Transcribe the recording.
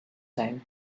time